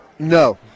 No